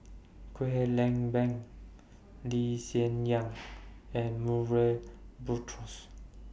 Kwek Leng Beng Lee Hsien Yang and Murray Buttrose